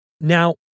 Now